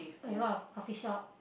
a lot of coffee shop